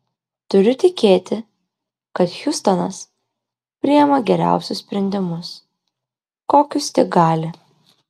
turiu tikėti kad hiustonas priima geriausius sprendimus kokius tik gali